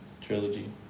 trilogy